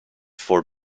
for